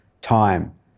time